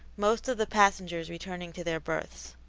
most of the passengers returning to their berths.